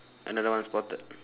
another one spotted